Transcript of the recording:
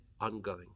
ongoing